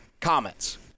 comments